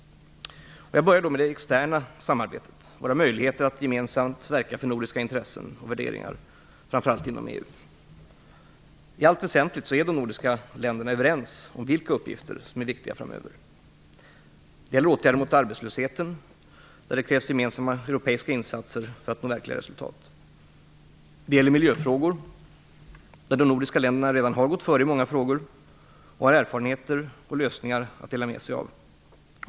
Jag börjar med det externa samarbetet, våra möjligheter att gemensamt verka för nordiska intressen och värderingar, framför allt inom EU. I allt väsentligt är de nordiska länderna överens om vilka uppgifter som är viktiga framöver. Det gäller åtgärder mot arbetslösheten, där det krävs gemensamma europeiska insatser för att nå verkliga resultat. Det gäller miljöfrågor; de nordiska länderna har redan gått före i många frågor och har erfarenheter och lösningar att dela med sig av.